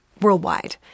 worldwide